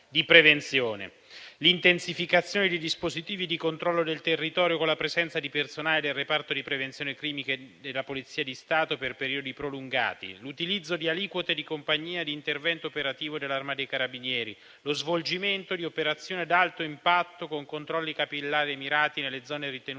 l'intensificazione dei dispositivi di controllo del territorio con la presenza di personale del reparto di prevenzione crimine della Polizia di Stato per periodi prolungati; l'utilizzo di aliquote di Compagnia di intervento operativo dell'Arma dei carabinieri; lo svolgimento di operazioni ad alto impatto con controlli capillari e mirati nelle zone ritenute